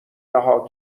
رها